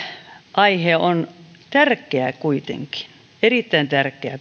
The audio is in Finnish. aihe on kuitenkin tärkeä erittäin tärkeä